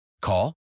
Call